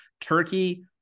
turkey